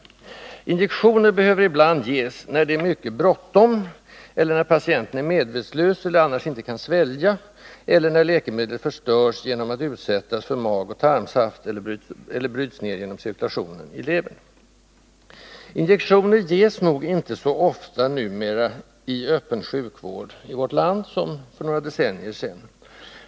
Injektioner måste ibland ges när det är mycket bråttom, när patienten är medvetslös eller av annan orsak inte kan svälja eller när läkemedel förstörs genom att utsättas för magoch tarmsafter eller bryts ned genom cirkulationen i levern. Injektioner ges förmodligen numera inte så ofta i öppen sjukvård i vårt land som för några decennier sedan.